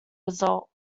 result